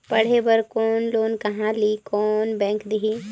पढ़े बर लोन कहा ली? कोन बैंक देही?